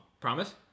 Promise